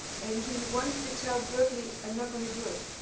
and he wanted to tell berkeley, i'm not going to do it.